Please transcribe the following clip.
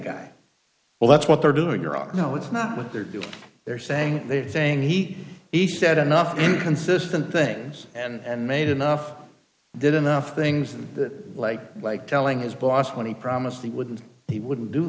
guy well that's what they're doing or i know it's not what they're doing they're saying they thing he each said enough inconsistent things and made enough did enough things and that like like telling his boss when he promised he wouldn't he wouldn't do